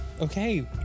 Okay